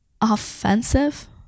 offensive